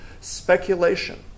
Speculation